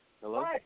Hello